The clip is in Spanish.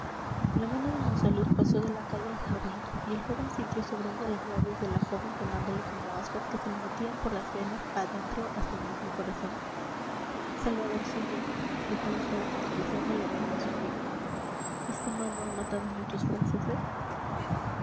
la mano de monsalud pasó de la calle al jardín y el joven sintió sobre ella los labios de la joven quemándole como ascuas que se le metían por las venas adentro hasta el mismo corazón salvadorcillo dijo la joven acariciando la mano de su amigo esta mano ha matado muchos franceses